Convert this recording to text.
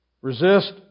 Resist